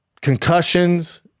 concussions